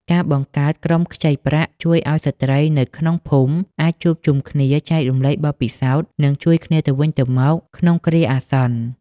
ការបង្កើតក្រុមខ្ចីប្រាក់ជួយឱ្យស្ត្រីនៅក្នុងភូមិអាចជួបជុំគ្នា ចែករំលែកបទពិសោធន៍ និងជួយគ្នាទៅវិញទៅមកក្នុងគ្រាអាសន្ន។